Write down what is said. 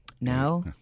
no